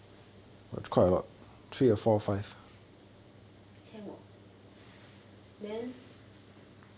then